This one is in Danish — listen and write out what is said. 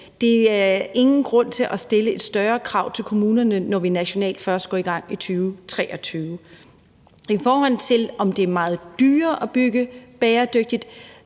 der er ingen grund til at stille større krav til kommunerne, når vi nationalt først går i gang i 2023. I forhold til om det er meget dyrere at bygge bæredygtigt,